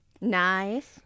Nice